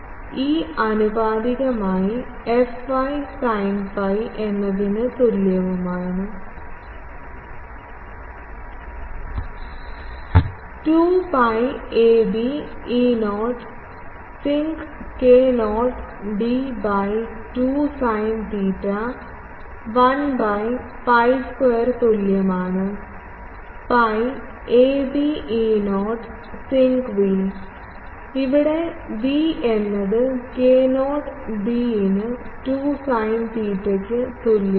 അതിനാൽ E ആനുപാതികമായി fy sin phi എന്നതിന് തുല്യവുമാണ് 2 pi ab E0 sinc k0 d by 2 sine theta 1 by pi square തുല്യമാണ് pi ab E0 sinc v ഇവിടെ v എന്നത് k0 b ന് 2 സൈൻ തീറ്റയ്ക്ക് തുല്യമാണ്